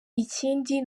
ikindi